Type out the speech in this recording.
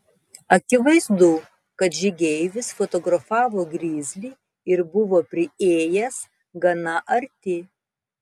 akivaizdu kad žygeivis fotografavo grizlį ir buvo priėjęs gana arti